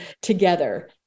together